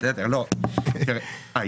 אם אני